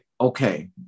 Okay